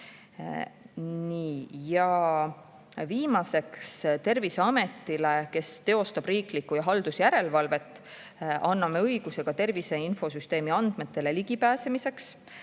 Ja viimaseks, Terviseametile, kes teostab riiklikku ja haldusjärelevalvet, anname õiguse ka tervise infosüsteemi andmetele ligi pääseda.